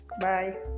bye